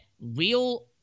real